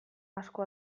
asko